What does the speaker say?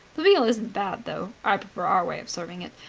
the veal isn't bad, though i prefer our way of serving it.